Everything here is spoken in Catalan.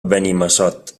benimassot